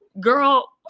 girl